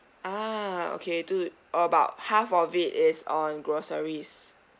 ah okay to about half of it is on groceries